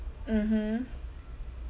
mmhmm